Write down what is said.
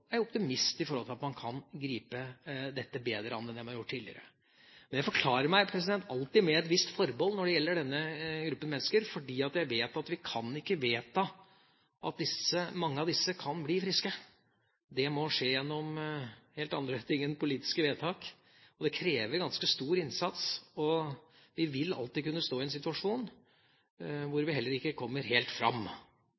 er jeg optimist med tanke på at man kan gripe dette bedre an enn man har gjort tidligere. Men jeg forklarer meg alltid med et visst forbehold når det gjelder denne gruppen mennesker, fordi jeg vet at vi kan ikke vedta at mange av disse kan bli friske. Det må skje gjennom helt andre ting enn politiske vedtak. Det krever ganske stor innsats, og vi vil alltid kunne stå i en situasjon hvor